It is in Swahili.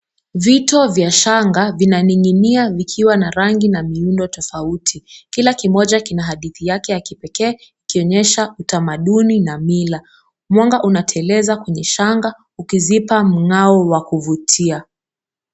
Vito vya shanga vinaning'inia vikiwa na rangi na miundo tofauti. Kila kimoja kina hadithi yake ya kipekee, ikionyesha utamaduni na mila. Mwanga unateleza kwenye shamba ukizipa mng'ao wa kuvutia.